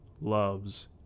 loves